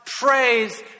praise